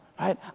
right